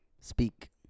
Speak